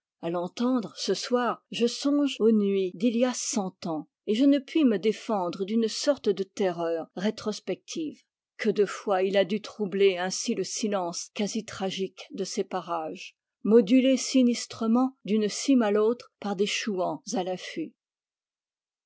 a l'entendre ce soir je songe aux nuits d'il y a cent ans et je ne puis me défendre d'une sorte de terreur rétrospective que de fois il a dû troubler ainsi le silence quasi tragique de ces parages modulé sinistrement d'une cime à l'autre par des chouans à l'affût